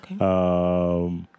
Okay